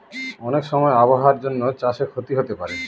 অনেক সময় আবহাওয়ার জন্য চাষে ক্ষতি হতে পারে